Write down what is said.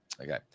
Okay